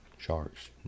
Sharks